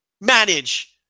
manage